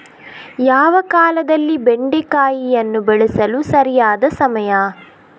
ಯಾವ ಕಾಲದಲ್ಲಿ ಬೆಂಡೆಕಾಯಿಯನ್ನು ಬೆಳೆಸಲು ಸರಿಯಾದ ಸಮಯ?